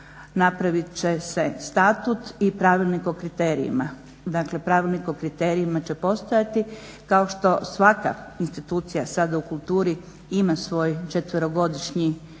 napravit će se statut i pravilnik o kriterijima. Dakle, pravilnik o kriterijima će postojati kao što svaka institucija sada u kulturi ima svoj četverogodišnji plan